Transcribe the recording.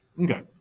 Okay